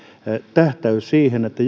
tähtäys siihen että